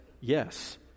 yes